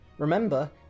Remember